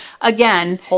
again